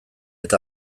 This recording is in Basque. eta